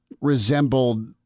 resembled